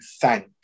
thank